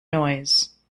noise